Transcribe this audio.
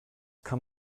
kann